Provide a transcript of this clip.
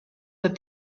that